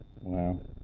Wow